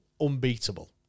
unbeatable